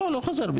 לא, לא חוזר בי.